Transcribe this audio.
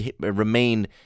remain